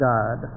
God